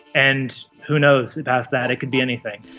and, who knows, past that it could be anything.